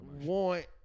want